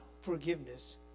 forgiveness